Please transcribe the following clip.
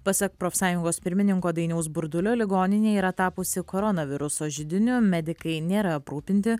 pasak profsąjungos pirmininko dainiaus burdulio ligoninė yra tapusi koronaviruso židiniu medikai nėra aprūpinti